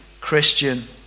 Christian